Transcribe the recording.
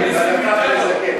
הנה, נסים ויתר לו.